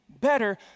better